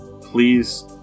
Please